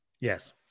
Yes